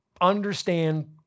understand